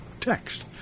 text